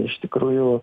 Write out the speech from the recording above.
iš tikrųjų